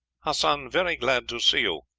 hassan very glad to see you.